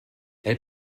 elle